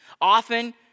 Often